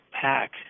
pack